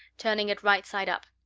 turning it right side up.